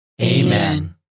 Amen